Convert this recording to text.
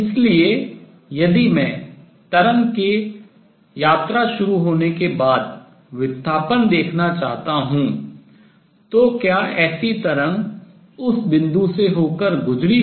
इसलिए यदि मैं तरंग के travel यात्रा शुरू होने के बाद विस्थापन देखना चाहता हूँ तो क्या ऐसी तरंग उस बिंदु से होकर गुजरी है